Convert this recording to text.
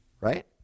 Right